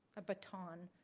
a baton.